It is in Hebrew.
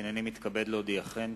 הנני מתכבד להודיעכם,